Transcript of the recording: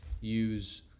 use